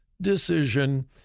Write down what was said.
decision